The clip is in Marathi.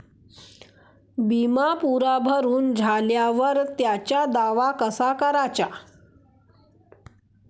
बिमा पुरा भरून झाल्यावर त्याचा दावा कसा कराचा?